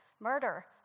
murder